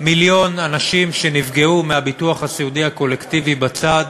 מיליון אנשים שנפגעו מהביטוח הסיעודי הקולקטיבי בצד,